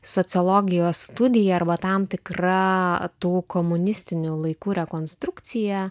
sociologijos studija arba tam tikra tų komunistinių laikų rekonstrukcija